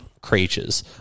creatures